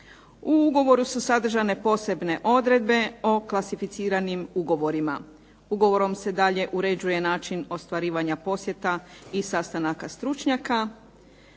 U ugovoru su sadržane posebne odredbe o klasificiranim ugovorima. Ugovorom se dalje uređuje način ostvarivanja posjeta i sastanaka stručnjaka.